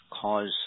cause